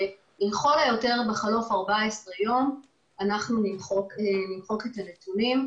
ובחלוף 14 יום לכל היותר אנחנו נמחק את הנתונים,